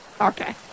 Okay